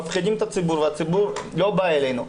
מפחידים את הציבור והציבור לא בא אלינו.